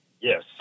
Yes